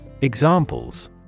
Examples